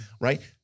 Right